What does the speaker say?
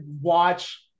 watch